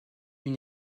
une